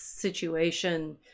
situation